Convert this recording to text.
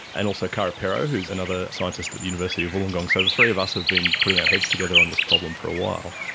and also kara perrow who is another scientist at the university of wollongong, so the three of us have been putting our heads together on this problem for a while.